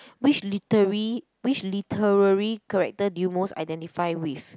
which littery which literary character do you most identify with